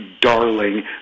darling